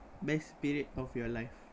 best period of your life